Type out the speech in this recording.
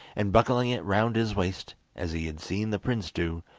and buckling it round his waist, as he had seen the prince do,